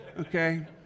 okay